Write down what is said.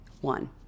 one